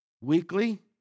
Weekly